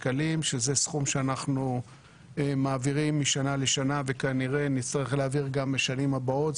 שזה סכום שאנחנו מעבירים משנה לשנה וכנראה נצטרך להעביר גם לשנים הבאות.